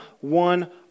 one